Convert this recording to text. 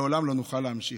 לעולם לא נוכל להמשיך.